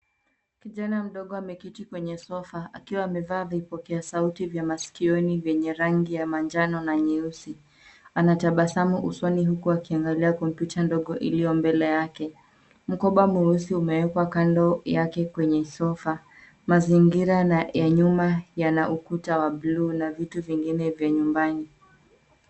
Kijana mdogo ameketi kwenye sofa akiwa amevaa vipokeo sauti vya masikioni vyenye rangi ya manjano na nyeusi. Anatabasamu usoni huku akiangalia kompyuta ndogo iliyo mbele yake. Mkoba mweusi umewekwa kando yake kwenye sofa. Mazingira ya nyuma yana ukuta wa buluu na vitu vingine vya nyumbani.